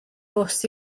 bws